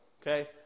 okay